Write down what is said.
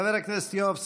חבר הכנסת יואב סגלוביץ',